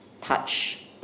touch